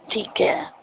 ਠੀਕ ਹੈ